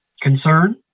concern